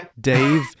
Dave